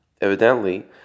evidently